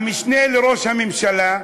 המשנה לראש הממשלה,